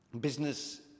business